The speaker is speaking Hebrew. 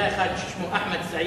היה אחד ששמו אחמד סעיד,